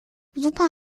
super